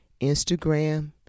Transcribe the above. Instagram